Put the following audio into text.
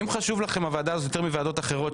אם הוועדה הזאת חשובה לכם יותר מוועדות אחרות,